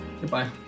Goodbye